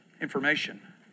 information